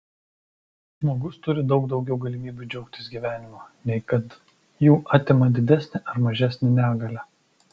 žmogus turi daug daugiau galimybių džiaugtis gyvenimu nei kad jų atima didesnė ar mažesnė negalia